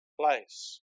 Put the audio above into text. place